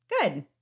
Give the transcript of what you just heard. Good